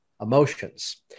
emotions